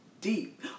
deep